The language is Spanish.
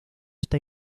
está